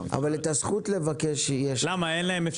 אבל את הזכות לבקש יש לה.